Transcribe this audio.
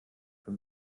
für